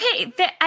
Okay